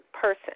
person